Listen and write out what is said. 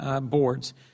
boards